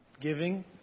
giving